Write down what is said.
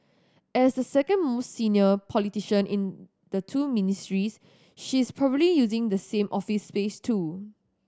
as the second most senior politician in the two ministries she is probably using the same office space too